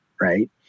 right